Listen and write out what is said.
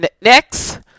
next